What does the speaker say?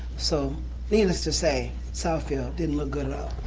so needless to say, southfield didn't look good at all.